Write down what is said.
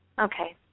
Okay